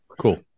Cool